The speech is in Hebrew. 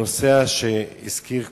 אדוני השר, בנושא שהזכיר קודמי: